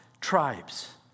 tribes